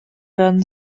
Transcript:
werden